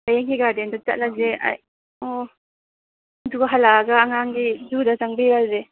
ꯐꯌꯦꯡꯒꯤ ꯒꯥꯔꯗꯦꯟꯗꯣ ꯆꯠꯂꯁꯦ ꯑꯣ ꯑꯗꯨꯒ ꯍꯜꯂꯛꯑꯒ ꯑꯉꯥꯡꯒꯤ ꯖꯨꯗ ꯆꯪꯕꯤꯔꯁꯦ